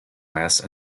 west